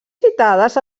citades